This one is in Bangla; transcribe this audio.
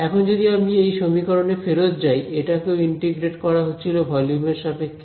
এখন যদি আমি এই সমীকরণে ফেরত যাই এটাকেও ইন্টিগ্রেট করা হচ্ছিল ভলিউম এর সাপেক্ষে